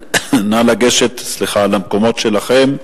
נא לגשת למקומות שלכם.